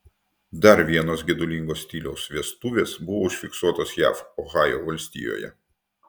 dar vienos gedulingo stiliaus vestuvės buvo užfiksuotos jav ohajo valstijoje